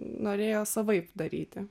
norėjo savaip daryti